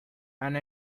and